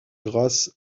grâce